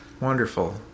Wonderful